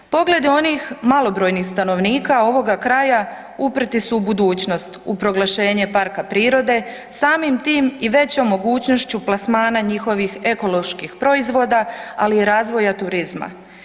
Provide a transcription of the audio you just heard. Pogled onih malobrojnih stanovnika ovoga kraja uprti su u budućnost, u proglašenje parka prirode, samim tim i većom mogućnošću plasmana njihovih ekoloških proizvoda, ali i razvoja turizma.